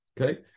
Okay